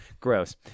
Gross